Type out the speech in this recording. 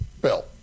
Bill